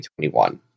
2021